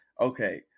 okay—